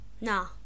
No